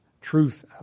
truth